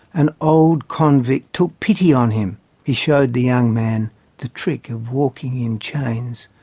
an old convict took pity on him he showed the young man the trick of walking in chains,